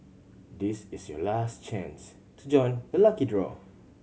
this is your last chance to join the lucky draw